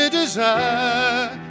desire